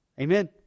Amen